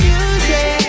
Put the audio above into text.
Music